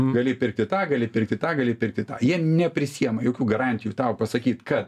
gali pirkti tą gali pirkti tą gali pirkti tą jie neprisiima jokių garantijų tau pasakyt kad